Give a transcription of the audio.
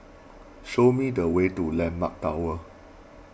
show me the way to Landmark Tower